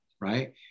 right